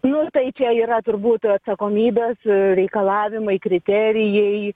nu tai čia yra turbūt atsakomybės reikalavimai kriterijai